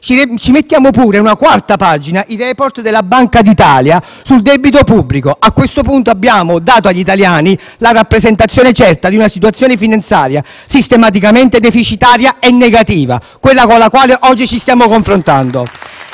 cui aggiungerei anche una quarta pagina, contenente i *report* della Banca l'Italia sul debito pubblico. A questo punto avremmo dato agli italiani la rappresentazione certa di una situazione finanziaria sistematicamente deficitaria e negativa, quella con la quale oggi ci stiamo confrontando.